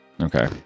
Okay